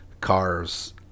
cars